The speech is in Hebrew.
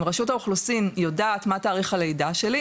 אם רשות האוכלוסין יודעת מה תאריך הלידה שלי,